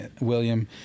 William